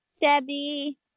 debbie